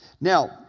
Now